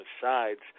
sides